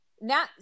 now